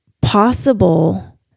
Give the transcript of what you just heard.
possible